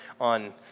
on